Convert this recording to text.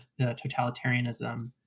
totalitarianism